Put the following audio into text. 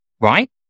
right